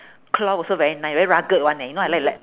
cloth also very nice very rugged [one] leh you know I like like